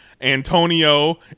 antonio